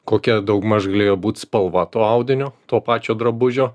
kokia daugmaž galėjo būt spalva to audinio to pačio drabužio